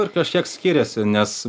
ir kažkiek skiriasi nes